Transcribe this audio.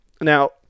Now